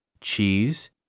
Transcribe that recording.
cheese